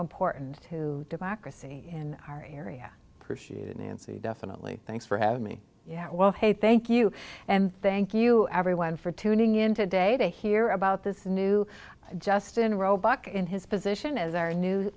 important to democracy in our area pursued in the definitely thanks for having me well hey thank you and thank you everyone for tuning in today to hear about this new justin roebuck in his position as our new